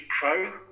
pro